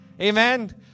Amen